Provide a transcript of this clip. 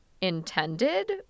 intended